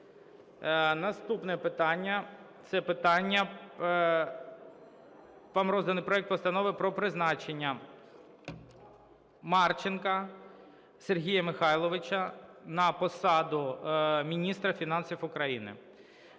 Наступне питання – це питання... Вам розданий проект Постанови про призначення Марченка Сергія Михайловича на посаду Міністра фінансів України.